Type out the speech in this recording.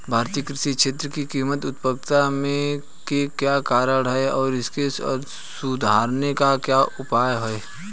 भारतीय कृषि क्षेत्र की कम उत्पादकता के क्या कारण हैं और इसे सुधारने के उपाय क्या हो सकते हैं?